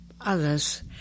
others